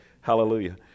hallelujah